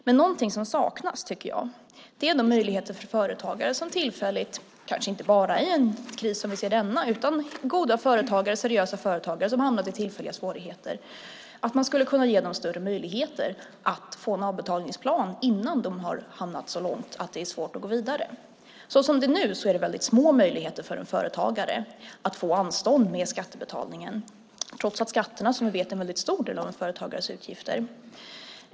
Men något som saknas är möjligheter för goda och seriösa företagare som tillfälligt, kanske inte bara i en kris som denna, hamnat i svårigheter att få en avbetalningsplan innan det har gått så långt att det är svårt att gå vidare. Som det är nu finns små möjligheter för en företagare att få anstånd med skattebetalningen, trots att skatterna är, som vi vet, en stor del av en företagares utgifter.